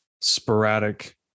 sporadic